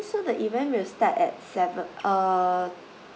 so the event will start at seven uh